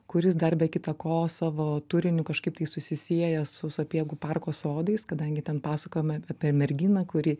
kuris dar be kita ko savo turiniu kažkaip tai susisieja su sapiegų parko sodais kadangi ten pasakojama apie merginą kuri